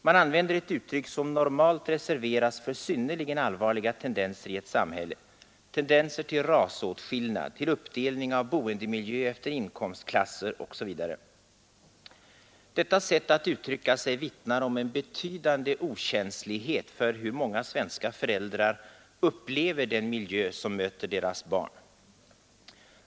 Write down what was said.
Man använder här ett uttryck som normalt reserveras för synnerligen allvarliga tendenser i ett samhälle — tendenser till rasåtskillnad, till uppdelning av boendemiljö efter inkomstklasser osv. Detta sätt att uttrycka sig vittnar om en betydande okänslighet för hur många svenska föräldrar upplever den miljö som möter deras barn.